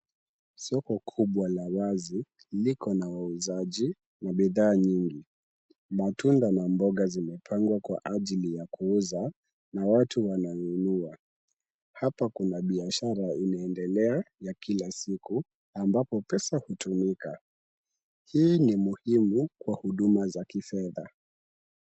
Soko kubwa la wazi liko na wauzaji na bidhaa nyingi. Matunda na mboga zimepangwa kwa ajili ya kuuza na watu wananunua. Hapa kuna biashara inaendelea ya kila siku ambapo pesa hutumika. Hii ni muhimu kwa huduma za kifedha.